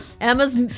Emma's